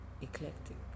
eclectic